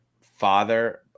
father